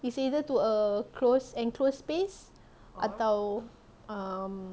it's either to a close enclosed space atau um